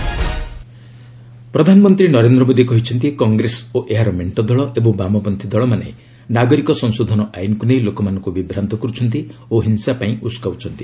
PM Jharkhand campaigning ପ୍ରଧାନମନ୍ତ୍ରୀ ନରେନ୍ଦ୍ର ମୋଦୀ କହିଛନ୍ତି କଂଗ୍ରେସ ଓ ଏହାର ମେଣ୍ଟ ଦଳ ଏବଂ ବାମପତ୍ରୀ ଦଳମାନେ ନାଗରିକ ସଂଶୋଧନ ଆଇନ୍କୁ ନେଇ ଲୋକମାନଙ୍କୁ ବିଭ୍ରାନ୍ତ କରୁଛନ୍ତି ଓ ହିଂସା ପାଇଁ ଉସକାଉଛନ୍ତି